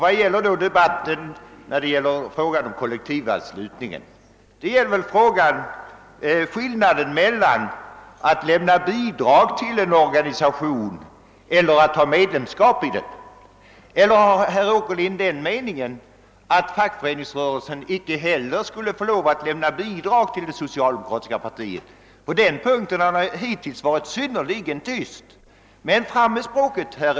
Vad gäller då debatten i fråga om kollektivanslutningen? Ja, den gäller väl skillnaden mellan att lämna bidrag till en organisation och att ha medlemskap i den. Eller har herr Åkerlind den meningen att fackföreningsrörelsen icke heller skulle få lov att lämna bidrag till det socialdemokratiska partiet? På den punkten har herr Åkerlind hittills varit synnerligen tyst, men fram med språket!